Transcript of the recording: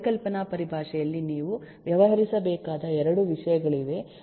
ಪರಿಕಲ್ಪನಾ ಪರಿಭಾಷೆಯಲ್ಲಿ ನೀವು ವ್ಯವಹರಿಸಬೇಕಾದ 2 ವಿಷಯಗಳಿವೆ